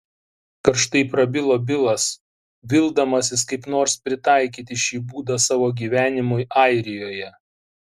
karštai prabilo bilas vildamasis kaip nors pritaikyti šį būdą savo gyvenimui airijoje